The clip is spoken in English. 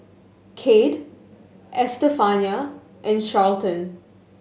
Kade Estefania and Charlton